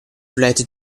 related